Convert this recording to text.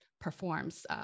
performs